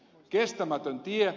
kestämätön tie